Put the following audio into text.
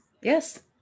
Yes